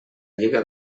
lliga